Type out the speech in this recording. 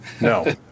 No